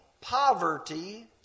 poverty